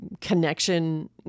connection